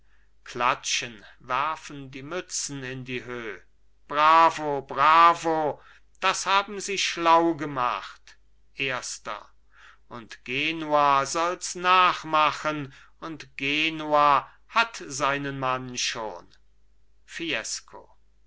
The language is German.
klatschen werfen die mützen in die höh bravo bravo das haben sie schlau gemacht erster und genua solls nachmachen und genua hat seinen mann schon fiesco